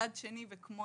מצד שני, וכמו